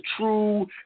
true